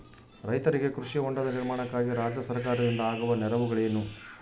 ರೈತರಿಗೆ ಕೃಷಿ ಹೊಂಡದ ನಿರ್ಮಾಣಕ್ಕಾಗಿ ರಾಜ್ಯ ಸರ್ಕಾರದಿಂದ ಆಗುವ ನೆರವುಗಳೇನು?